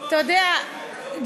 אתה יודע,